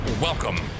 Welcome